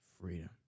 freedom